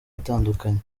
atandukanye